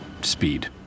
speed